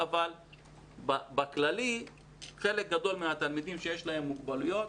אבל בכללי חלק גדול מהתלמידים שיש להם מוגבלויות,